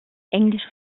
englisch